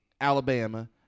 Alabama –